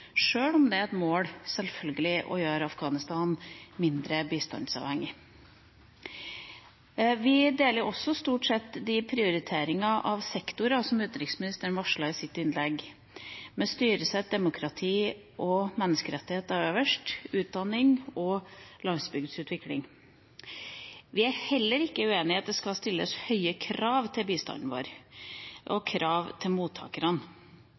sjøl om det selvfølgelig er et mål å gjøre Afghanistan mindre bistandsavhengig. Vi er stort sett også enig i de prioriteringene av sektorer som utenriksministeren varslet i sitt innlegg, med styresett, demokrati og menneskerettigheter øverst samt utdanning og landsbygdsutvikling. Vi er heller ikke uenig i at det skal stilles høye krav til bistanden vår og krav til mottakerne.